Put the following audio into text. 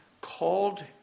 called